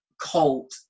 cult